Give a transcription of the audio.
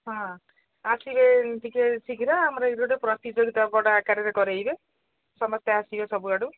ହଁ ଆସିବେ ଟିକେ ଶୀଘ୍ର ଆମର ଏଇ ଗୋଟେ ପ୍ରତିଯୋଗିତା ବଡ଼ ଆକାରରେ କରେଇବେ ସମସ୍ତେ ଆସିବେ ସବୁଆଡ଼ୁ